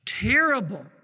Terrible